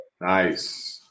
nice